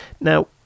Now